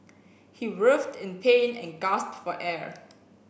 he writhed in pain and gasped for air